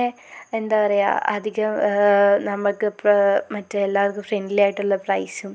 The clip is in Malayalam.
എന്താ പറയാ അധികം നമുക്കിപ്പോൾ മറ്റെല്ലാവർക്കും ഫ്രണ്ട്ലി ആയിട്ടുള്ള പ്രൈസും